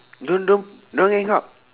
don't don't don't hang up